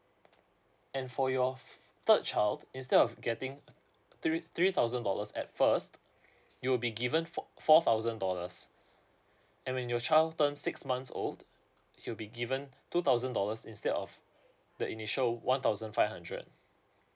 and for your third child instead of getting three three thousand dollars at first you will be given four four thousand dollars and when your child turns six months old he'll be given two thousand dollars instead of the initial one thousand five hundred